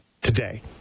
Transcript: today